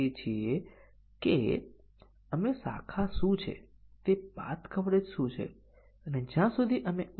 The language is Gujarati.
હવે આપણે ABC માટે ટ્રુથ ટેબલ વિકસાવીએ છીએ અને આપણે પરિણામ અહીં લખીશું